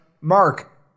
Mark